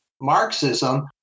Marxism